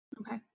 Okay